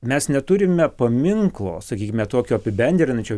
mes neturime paminklo sakykime tokio apibendrinančio